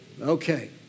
Okay